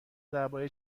درباره